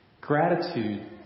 Gratitude